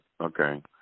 okay